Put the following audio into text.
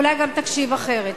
אולי גם תקשיב אחרת.